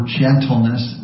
gentleness